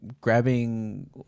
grabbing